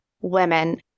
women